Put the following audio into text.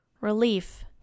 Relief